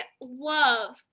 love